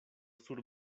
sur